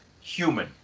human